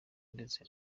ndetse